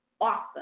awesome